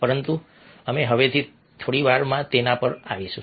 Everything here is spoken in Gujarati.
પરંતુ અમે હવેથી થોડી વારમાં તેના પર આવીશું